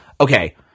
okay